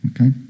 Okay